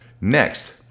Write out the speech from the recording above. Next